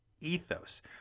ethos